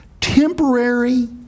temporary